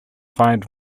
find